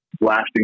blasting